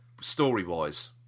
story-wise